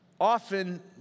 Often